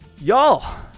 Y'all